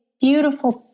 beautiful